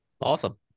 Awesome